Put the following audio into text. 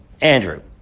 Andrew